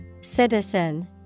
Citizen